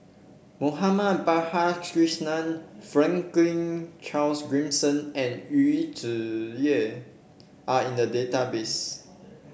Balakrishnan Franklin Charles Gimson and Yu Zhuye are in the database